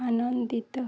ଆନନ୍ଦିତ